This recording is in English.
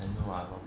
I know ah